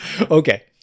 Okay